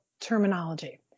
terminology